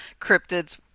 cryptids